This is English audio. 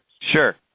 Sure